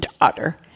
daughter